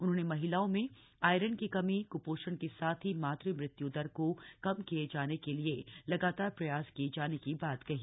उन्होंने महिलाओं में आयरन की कमी कुपोषण के साथ ही मातृ मृत्यु दर को कम किए जाने के लिए लगातार प्रयास किए जाने की बात कही